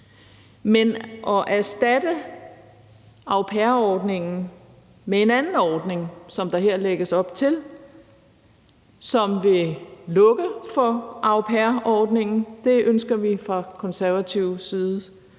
Men at erstatte au pair-ordningen med en anden ordning, som der her lægges op til, og som vil lukke for au pair-ordningen, ønsker vi fra Det Konservative